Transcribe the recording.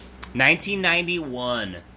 1991